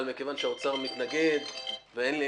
אבל כיוון שהאוצר מתנגד ואין לי,